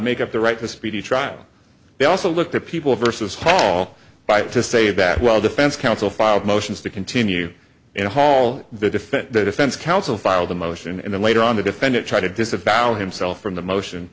make up the right to speedy trial they also looked at people versus paul right to say that while defense counsel filed motions to continue in the hall the defense the defense counsel filed a motion and then later on the defendant tried to disavow himself from the motion